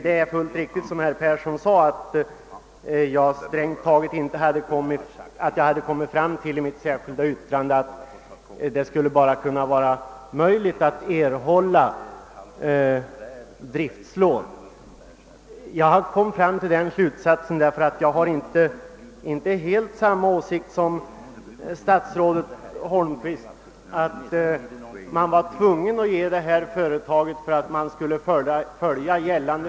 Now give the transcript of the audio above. Det är fullt riktigt, som herr Persson i Skänninge sade, att jag i mitt särskilda yttrande kommit fram till att det inte borde vara möjligt för företaget att erhålla driftlån. Jag har nämligen inte helt samma åsikt som statsrådet Holmqvist om att man för att kunna följa gällande författning var tvungen att ge detta stöd.